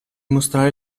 mostrare